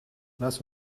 lass